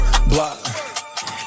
Block